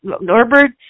Norbert